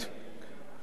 אנרכיה,